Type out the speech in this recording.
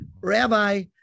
Rabbi